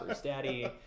daddy